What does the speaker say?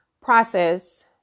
process